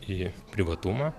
į privatumą